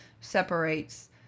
separates